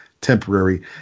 temporary